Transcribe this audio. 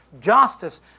justice